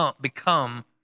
become